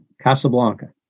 Casablanca